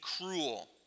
cruel